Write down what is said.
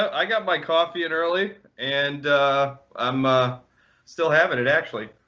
i got my coffee in early. and i'm ah still having it, actually.